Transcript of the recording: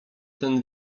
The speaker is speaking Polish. ten